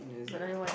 another one